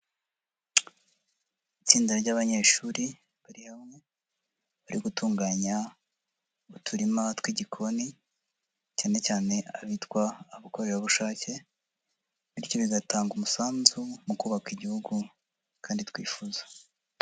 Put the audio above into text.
Itsinda ry’abanyeshuri bari hamwe, bari gutunganya uturima tw’igikoni, cyane cyane abitwa abakorerabushake; bityo bigatanga umusanzu mu kubaka igihugu, kandi twifuza.